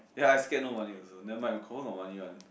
ya I scared no money also nevermind confirm got money one